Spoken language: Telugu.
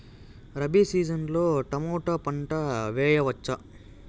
రబి సీజన్ లో టమోటా పంట వేయవచ్చా?